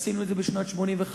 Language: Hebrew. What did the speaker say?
עשינו את זה בשנת 1985,